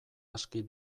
aski